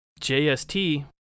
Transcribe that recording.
JST